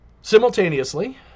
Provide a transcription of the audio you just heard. Simultaneously